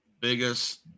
biggest